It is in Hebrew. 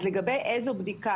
אז לגבי איזו בדיקה,